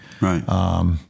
Right